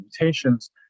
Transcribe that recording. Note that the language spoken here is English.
mutations